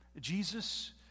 Jesus